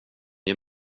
ger